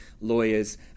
lawyers